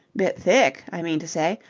bit thick, i mean to say,